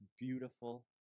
beautiful